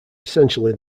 essentially